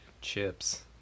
chips